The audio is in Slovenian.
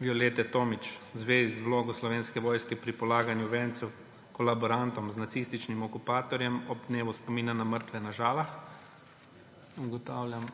Violete Tomić v zvezi z vlogo Slovenske vojske pri polaganju vencev kolaborantom z nacističnim okupatorjem ob dnevu spomina na mrtve na Žalah. Ugotavljam,